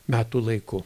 metų laiku